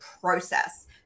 process